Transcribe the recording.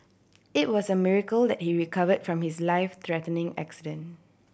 it was a miracle that he recover from his life threatening accident